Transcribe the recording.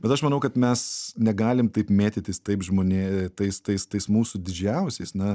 bet aš manau kad mes negalim taip mėtytis taip žmonėm tais tais tais mūsų didžiausiais na